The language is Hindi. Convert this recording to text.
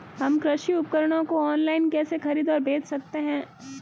हम कृषि उपकरणों को ऑनलाइन कैसे खरीद और बेच सकते हैं?